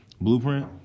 Blueprint